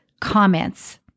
comments